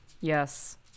yes